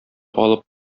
алып